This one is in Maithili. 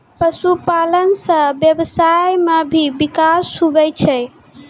पशुपालन से व्यबसाय मे भी बिकास हुवै छै